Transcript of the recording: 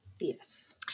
Yes